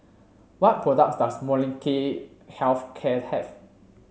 what product does Molnylcke Health Care have